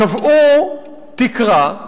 קבעו תקרה.